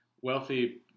wealthy